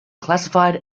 classified